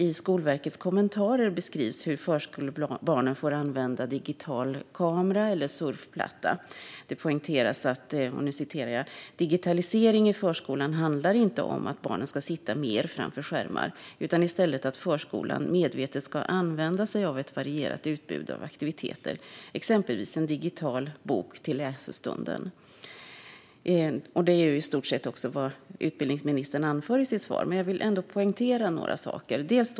I Skolverkets kommentarer beskrivs hur förskolebarnen får använda digital kamera eller surfplatta. Där poängteras: "Digitalisering i förskolan handlar inte om att barnen ska sitta mer framför skärmar, utan i stället ska förskolan medvetet använda sig av ett varierat utbud av aktiviteter, exempelvis en digital bok till läsestunden." Detta är i stort sett också vad utbildningsministern anför i sitt svar. Jag vill ändå poängtera några saker.